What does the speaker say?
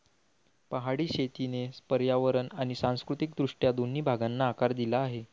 पहाडी शेतीने पर्यावरण आणि सांस्कृतिक दृष्ट्या दोन्ही भागांना आकार दिला आहे